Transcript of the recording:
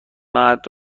مرد